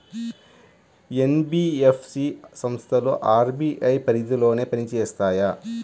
NBFC సంస్థలు RBI పరిధిలోనే పని చేస్తాయా?